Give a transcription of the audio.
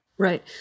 Right